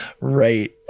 right